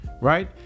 right